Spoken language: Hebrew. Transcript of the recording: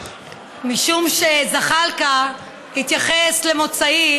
משום שזחאלקה התייחס למוצאי,